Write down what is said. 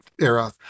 era